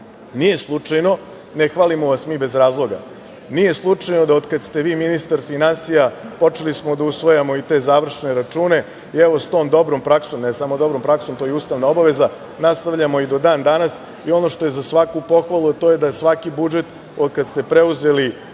Nije slučajno, ne hvalimo vas mi bez razloga, da od kad ste vi ministar finansija počeli smo da usvajamo i te završne račune i evo sa tom dobrom praksom, i ne samo dobrom praksom, to je i ustavna obaveza, nastavljamo i do dan-danas. Ono što je za svaku pohvalu to je da svaki budžet od kad ste preuzeli